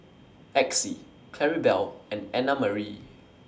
Exie Claribel and Annamarie